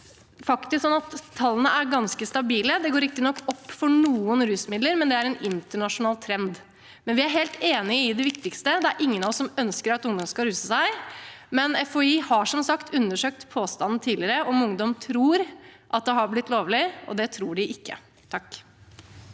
faktisk sånn at tallene er ganske stabile. Det går riktignok opp for noen rusmidler, men det er en internasjonal trend. Vi er helt enige om det viktigste. Det er ingen av oss som ønsker at ungdommer skal ruse seg, men FHI har som sagt tidligere undersøkt påstanden om ungdom tror det har blitt lovlig, og det tror de ikke.